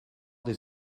des